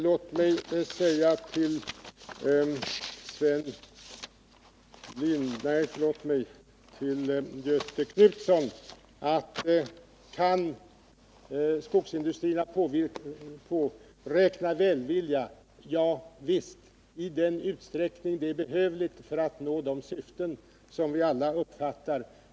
Låt mig svara följande på Göthe Knutsons fråga om skogsindustrierna kan påräkna välvilja: Ja, visst skall samhället ställa upp i den utsträckning som det är behövligt för att nå de syften som vi alla uppfattar som angelägna.